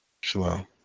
Shalom